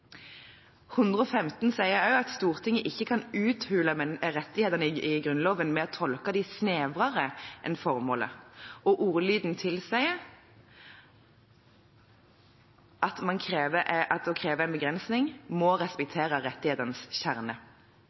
115 sier også at Stortinget ikke kan uthule rettighetene i Grunnloven ved å tolke dem snevrere enn formålet, og ordlyden tilsier at å kreve en begrensning må respektere rettighetenes kjerne.